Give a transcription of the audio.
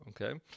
okay